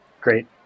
great